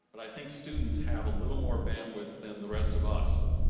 but i think students have a little more bandwidth than the rest of us.